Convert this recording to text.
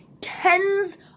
tens